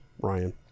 Ryan